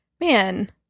man